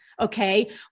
Okay